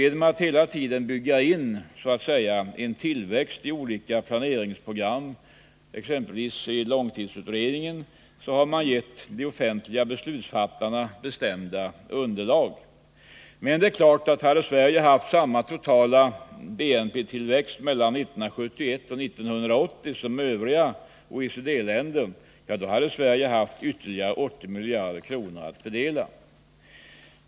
Genom att hela tiden ”bygga in” en tillväxt i olika planeringsprogram, exempelvis i långtidsutredningar, har man givit de offentliga beslutsfattarna bestämda underlag. Men det är klart att hade Sverige haft samma totala BNP-tillväxt åren 1971-1980 som övriga OECD-länder hade Sverige haft ytterligare 80 miljarder kronor att fördela.